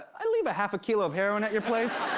i leave a half a kilo of heroin at your place?